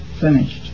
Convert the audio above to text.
finished